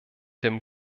dem